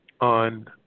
on